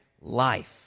life